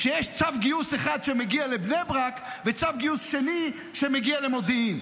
כשיש צו גיוס אחד שמגיע לבני ברק וצו גיוס שני שמגיע למודיעין.